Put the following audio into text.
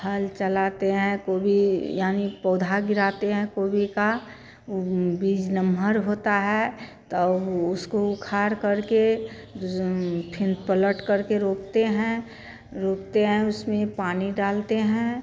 हल चलाते हैं कोवी भी यानी पौधा गिराते हैं कोवी का बीज नम्हर होता है तो ऊ उसको उखाड़कर के ज़ुम फिन पलटकर के रोपते हैं रोपते हैं उसमें पानी डालते हैं